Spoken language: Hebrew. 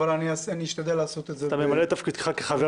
אבל אני אשתדל לעשות את זה ב- -- אתה ממלא את תפקידך כחבר